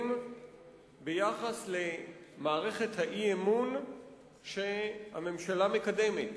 ביחס למערכת האי-אמון שהממשלה מקדמת.